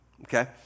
Okay